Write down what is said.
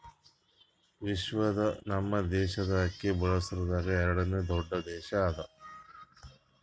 ವಿಶ್ವದಾಗ್ ನಮ್ ದೇಶ ಅಕ್ಕಿ ಬೆಳಸದ್ರಾಗ್ ಎರಡನೇ ದೊಡ್ಡ ದೇಶ ಅದಾ